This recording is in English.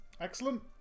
Excellent